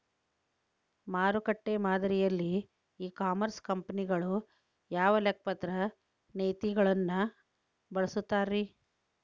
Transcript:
ಮಾರುಕಟ್ಟೆ ಮಾದರಿಯಲ್ಲಿ e commerce ಕಂಪನಿಗಳು ಯಾವ ಲೆಕ್ಕಪತ್ರ ನೇತಿಗಳನ್ನ ಬಳಸುತ್ತಾರಿ?